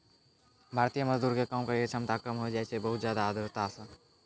भारतीय मजदूर के काम करै के क्षमता कम होय जाय छै बहुत ज्यादा आर्द्रता सॅ